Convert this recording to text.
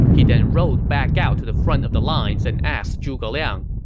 he then rode back out to the front of the lines and asked zhuge liang,